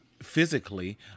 Physically